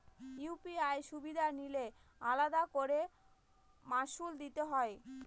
UPI সুবিধা নিলে আলাদা করে মাসুল দিতে হয়?